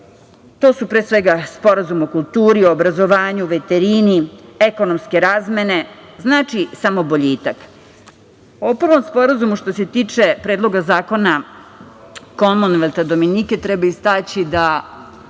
to su pre svega Sporazum o kulturi, o obrazovanju, veterini, ekonomske razmene. Znači, samo boljitak.O prvom sporazumu, što se tiče Predloga zakona Komonvelta Dominike treba istaći da